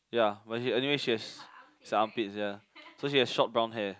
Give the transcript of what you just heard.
ya anyway she has it's her armpits yeah so she have short brown hair